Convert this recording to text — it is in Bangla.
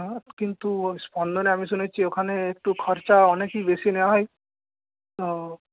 হ্যাঁ কিন্তু স্পন্দনে আমি শুনেছি ওখানে একটু খরচা অনেকই বেশি নেওয়া হয় ও